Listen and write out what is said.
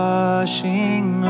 Washing